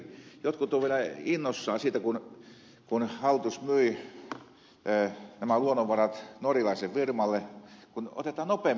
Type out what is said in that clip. jotkut ovat vielä innoissaan siitä kun hallitus myi nämä luonnonvarat norjalaiselle firmalle että otetaan nopeammin ne pois sieltä